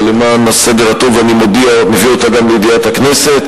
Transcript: אבל למען הסדר הטוב אני מביא אותה גם לידיעת הכנסת: